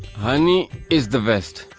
honey is the best.